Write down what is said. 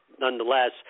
nonetheless